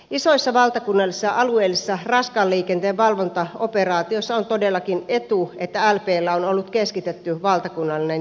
isoissa valtakunnallisissa alueellisissa raskaan liikenteen valvontaoperaatioissa on todellakin etu että lpllä on ollut keskitetty valtakunnallinen johto